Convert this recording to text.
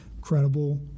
credible